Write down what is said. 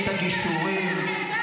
את הגישורים,